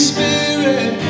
Spirit